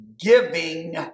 giving